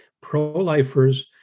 Pro-lifers